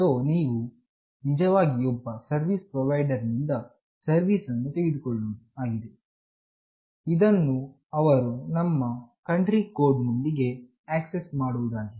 so ನೀವು ನಿಜವಾಗಿ ಒಬ್ಬ ಸರ್ವೀಸ್ ಪ್ರೊವೈಡರ್ ನಿಂದ ಸರ್ವೀಸ್ ಅನ್ನು ತೆಗೆದುಕೊಳ್ಳುವುದು ಆಗಿದೆ ಇದನ್ನು ಅವರು ನಮ್ಮ ಕಂಟ್ರಿ ಕೋಡ್ ನೊಂದಿಗೆ ಅಸೈನ್ ಮಾಡುವುದಾಗಿದೆ